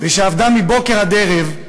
ועבדה מבוקר עד ערב,